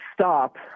stop